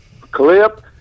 Clip